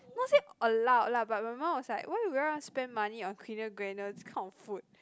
not it's allow lah but my mum was like why would you want spend money Kinder Bueno this kind of food